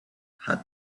had